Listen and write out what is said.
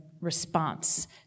response